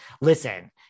Listen